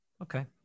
Okay